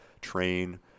train